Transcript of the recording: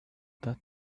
that